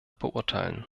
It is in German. beurteilen